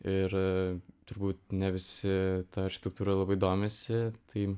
ir turbūt ne visi ta architektūra labai domisi tai